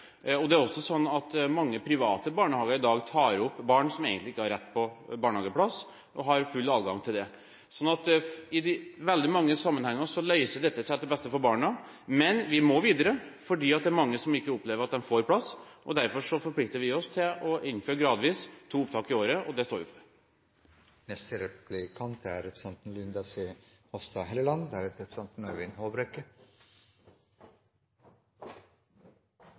det. Det er også sånn at mange private barnehager i dag tar opp barn som egentlig ikke har rett til barnehageplass. Det har de full adgang til. I veldig mange sammenhenger løser dette seg til beste for barna, men vi må videre, for det er mange som opplever ikke å få plass. Derfor forplikter vi oss til gradvis å innføre to opptak i året, og det står vi for.